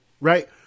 right